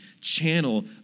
channel